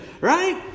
Right